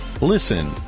Listen